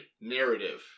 narrative